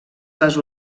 les